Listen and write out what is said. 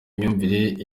imyumvire